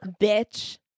bitch